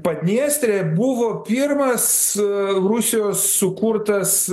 padniestrė buvo pirmas rusijos sukurtas